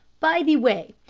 by the way,